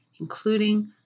including